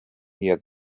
near